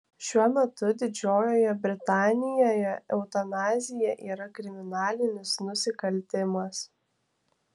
šiuo metu didžiojoje britanijoje eutanazija yra kriminalinis nusikaltimas